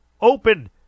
Open